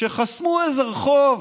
שחסמו איזה רחוב,